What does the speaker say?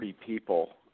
people